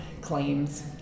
claims